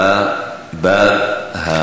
בבקשה.